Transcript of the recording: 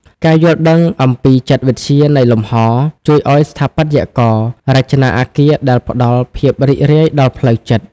ការយល់ដឹងអំពីចិត្តវិទ្យានៃលំហ ជួយឱ្យស្ថាបត្យកររចនាអគារដែលផ្ដល់ភាពរីករាយដល់ផ្លូវចិត្ត។